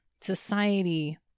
society